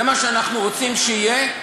זה מה שאנחנו רוצים שיהיה?